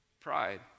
Pride